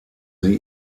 sie